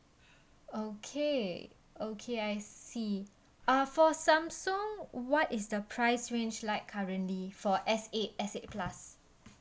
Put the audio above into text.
okay okay I see uh for samsung what is the price range like currently for S eight S eight plus